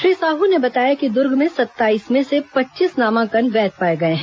श्री साहू ने बताया कि दुर्ग में सत्ताईस में से पच्चीस नामांकन वैध पाए गए हैं